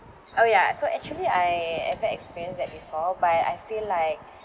oh ya so actually I ever experienced that before but I feel like